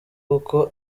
kuko